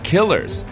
Killers